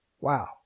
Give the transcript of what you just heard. Wow